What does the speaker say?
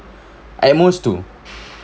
at most two